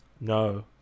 No